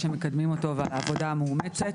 שמקדמים אותו והעבודה המאומצת.